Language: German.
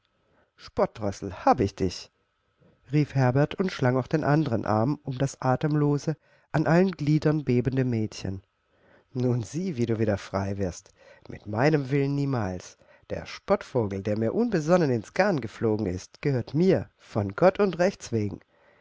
spottdrossel hab ich dich rief herbert und schlang auch den anderen arm um das atemlose an allen gliedern bebende mädchen nun sieh wie du wieder frei wirst mit meinem willen niemals der spottvogel der mir unbesonnen ins garn geflogen ist gehört mir von gott und rechts wegen